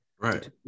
Right